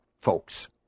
folks